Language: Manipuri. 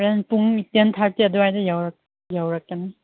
ꯍꯣꯔꯦꯟ ꯄꯨꯡ ꯇꯦꯟ ꯊꯥꯔꯇꯤ ꯑꯗꯨꯋꯥꯏꯗ ꯌꯧꯔꯛꯀꯅꯤ